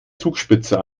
zugspitze